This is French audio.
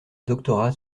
doctorat